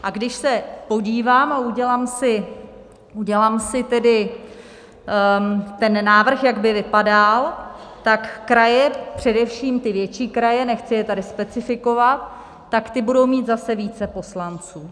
A když se podívám a udělám si tedy ten návrh, jak by vypadal, tak kraje především ty větší kraje, nechci je tady specifikovat tak ty budou mít zase více poslanců.